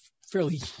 fairly